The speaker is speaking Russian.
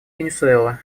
венесуэла